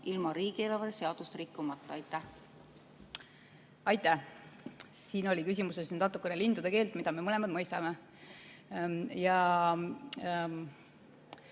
ilma riigieelarve seadust rikkumata. Aitäh! Siin oli küsimuses natukene lindude keelt, mida me mõlemad mõistame. Riigi